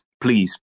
please